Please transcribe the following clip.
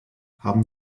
haben